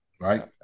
right